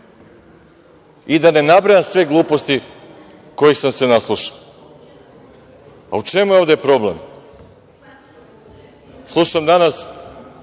I da ne nabrajam sve gluposti kojih sam se naslušao.U čemu je ovde problem? Slušam danas